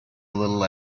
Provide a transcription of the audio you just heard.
little